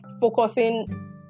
focusing